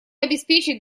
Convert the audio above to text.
обеспечить